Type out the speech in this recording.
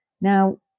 Now